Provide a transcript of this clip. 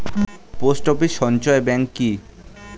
Post office সঞ্চয় bank কি?